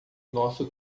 nosso